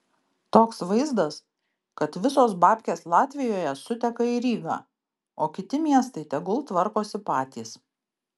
toks vaizdas kad visos babkės latvijoje suteka į rygą o kiti miestai tegul tvarkosi patys